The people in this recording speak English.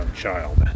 Child